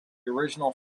original